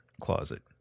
closet